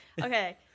Okay